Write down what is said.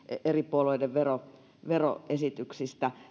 eri puolueiden veroesityksistä